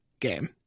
game